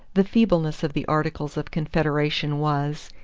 the feebleness of the articles of confederation was,